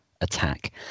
attack